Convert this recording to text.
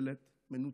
ממשלת מנותקים,